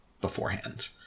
beforehand